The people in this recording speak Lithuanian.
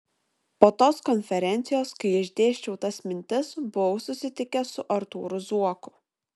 po tos konferencijos kai išdėsčiau tas mintis buvau susitikęs su artūru zuoku